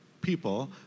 people